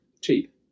Cheap